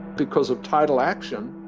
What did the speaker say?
because of tidal action,